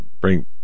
bring